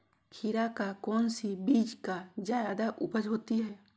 खीरा का कौन सी बीज का जयादा उपज होती है?